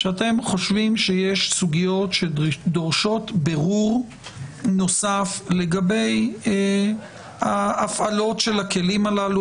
שאתם חושבים שיש סוגיות שדורשות בירור נוסף לגבי הפעלות הכלים הללו.